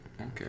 Okay